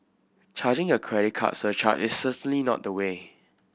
charging a credit card surcharge is certainly not the way